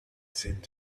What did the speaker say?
seemed